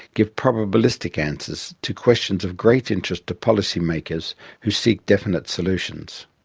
give probabilistic answers to questions of great interest to policy makers who seek definite solutions.